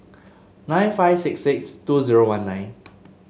nine five six six two zero one nine